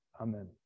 Amen